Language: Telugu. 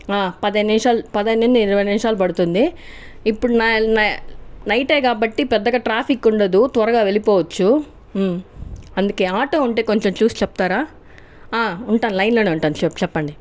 పదిహేను నిముషాలు పదిహేను నుండి ఇరవై నిముషాలు పడుతుంది ఇప్పుడు న నైటే కాబట్టి పెద్దగా ట్రాఫిక్ ఉండదు త్వరగా వెళ్ళిపోవచ్చు అందుకే ఆటో ఉంటే కొంచం చూసి చెప్తారా ఉంటాను లైన్లోనే ఉంటాను శెప్ చెప్పండి